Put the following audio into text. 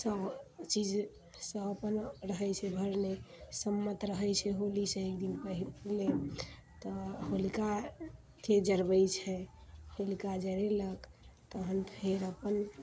सब चीजसँ सब अपन रहै छै भरने सम्मत रहै छै होलीसँ एक दिन पहिने तऽ होलिकाके जरबै छै हिनका जरेलक तहन फेर अपन